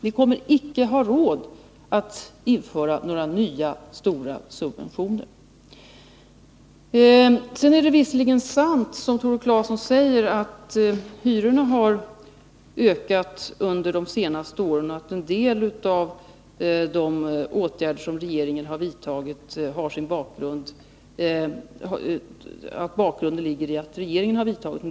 Vi kommer inte att ha råd att införa nya stora subventioner. Det är visserligen sant som Tore Claeson säger att hyrorna har ökat under de senste åren och att orsaken till en del ligger i åtgärder som regeringen har vidtagit.